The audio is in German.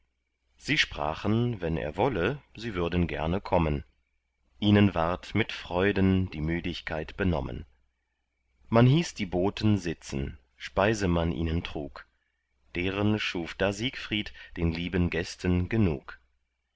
sie sprachen wenn er wolle sie würden gerne kommen ihnen ward mit freuden die müdigkeit benommen man hieß die boten sitzen speise man ihnen trug deren schuf da siegfried den lieben gästen genug